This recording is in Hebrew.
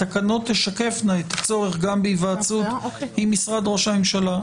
התקנות תשקפנה את הצורך גם בהיוועצות עם משרד ראש הממשלה.